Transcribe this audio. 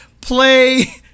play